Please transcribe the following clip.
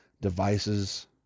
devices